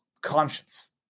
Conscience